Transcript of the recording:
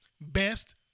best